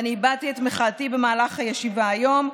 ואני הבעתי את מחאתי במהלך הישיבה היום,